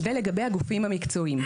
זה לגבי הגופים המקצועיים.